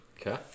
Okay